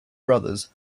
brothers